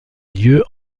lieu